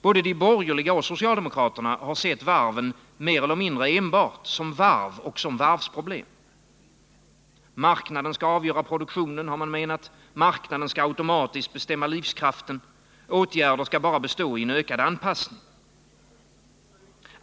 Både de borgerliga och socialdemokraterna har sett varven mer eller mindre enbart som varv och som varvsproblem. Marknaden skall avgöra produktionen, har man menat, marknaden skall automatiskt bestämma livskraften, åtgärder skall bestå i bara en ökad anpassning.